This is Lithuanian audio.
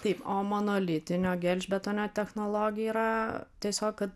taip o monolitinio gelžbetonio technologija yra tiesiog kad